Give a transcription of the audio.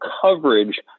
coverage